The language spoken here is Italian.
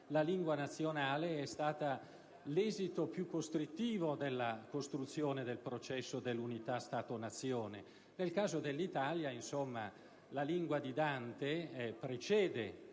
la lingua nazionale è stata l'esito più costrittivo della costruzione del processo dell'unità Stato Nazione. Nel caso dell'Italia, invece, la lingua di Dante precede